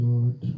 Lord